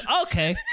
okay